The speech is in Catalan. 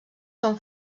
són